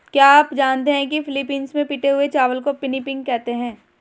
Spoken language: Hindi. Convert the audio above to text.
क्या आप जानते हैं कि फिलीपींस में पिटे हुए चावल को पिनिपिग कहते हैं